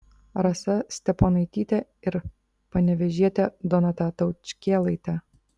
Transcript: rasa steponaitytė ir panevėžietė donata taučkėlaitė